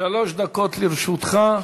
שלוש דקות לרשותך.